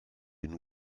une